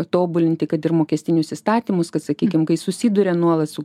tobulinti kad ir mokestinius įstatymus kad sakykim kai susiduria nuolat su